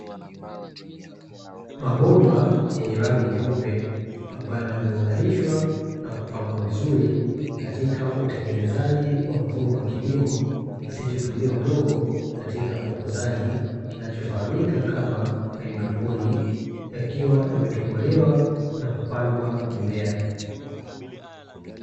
Mabomba yenye rangi nyeupe ambayo yameunganishwa na kupangwa vizuri, katika utengenezaji wa mfumo wa kilimo kisichotumia udongo katika ukuzaji kinachofahamika kama haidroponi, yakiwa yametobolewa na kupandwa mimea.